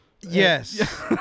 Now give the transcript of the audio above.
Yes